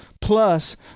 plus